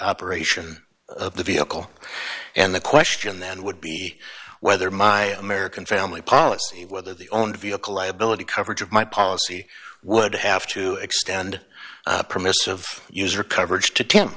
operation of the vehicle and the question then would be whether my american family policy whether the own vehicle liability coverage of my policy would have to extend permissive use or coverage t